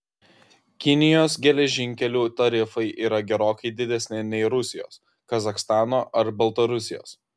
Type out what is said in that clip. kinijos geležinkelių tarifai yra gerokai didesni nei rusijos kazachstano ar baltarusijos